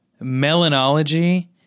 Melanology